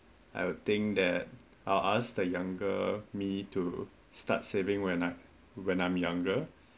I'll think that I'll ask the younger me to start saving when I when I am younger